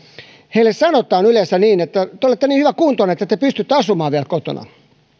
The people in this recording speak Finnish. heille sanotaan yleensä niin että te olette niin hyväkuntoinen että te pystytte asumaan vielä kotona